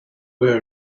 were